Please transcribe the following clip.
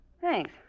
Thanks